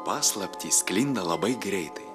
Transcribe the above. paslaptys sklinda labai greitai